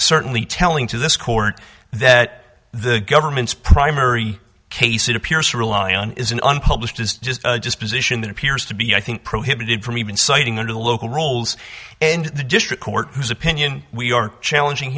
certainly telling to this court that the government's primary case it appears to rely on is an unpublished is just position that appears to be i think prohibited from even citing under the local rolls and the district court whose opinion we are challenging